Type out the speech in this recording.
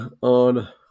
on